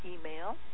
email